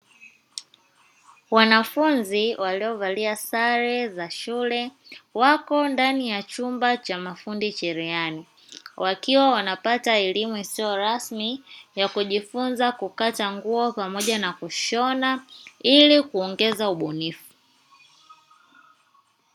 Wanafunzi waliovalia sare za shule wako ndani ya chumba cha mafundi cherehani, wakiwa wanapata elimu isiyo rasmi ya kujifunza kukata nguo pamoja na kushona ili kuongeza ubunifu.